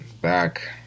back